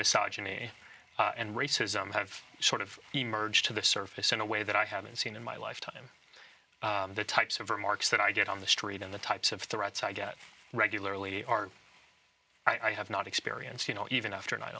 massaging me and racism have sort of emerged to the surface in a way that i haven't seen in my lifetime the types of remarks that i get on the street in the types of threats i get regularly or i have not experienced you know even after nine